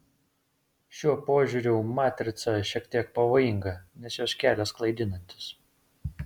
šiuo požiūriu matrica šiek tiek pavojinga nes jos kelias klaidinantis